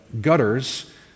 gutters